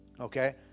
Okay